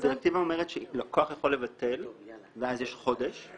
הדירקטיבה אומרת שלקוח יכול לבטל ואז יש חודש.